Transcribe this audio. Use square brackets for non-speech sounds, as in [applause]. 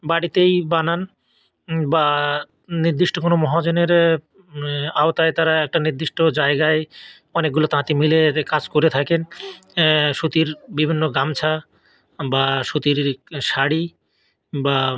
বাড়িতেই বানান বা নির্দিষ্ট কোনো মহাজনের আওতায় তারা একটা নির্দিষ্ট জায়গায় অনেকগুলো তাঁতি মিলে [unintelligible] কাজ করে থাকেন সুতির বিভিন্ন গামছা বা সুতির শাড়ি বা